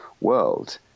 world